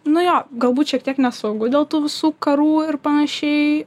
nu jo galbūt šiek tiek nesaugu dėl tų visų karų ir panašiai